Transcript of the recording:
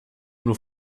nur